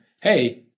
hey